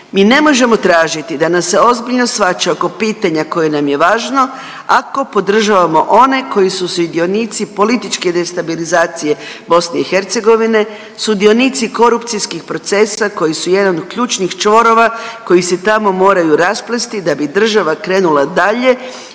Mi ne možemo tražiti da nas se ozbiljno shvaća oko pitanja koje nam je važno, ako podržavamo one koji su sudionici političke destabilizacije BiH, sudionici korupcijskih procesa koji su jedan od ključnih čvorova koji se tamo moraju rasplesti da bi država krenula dalje